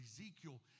Ezekiel